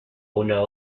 una